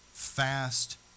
fast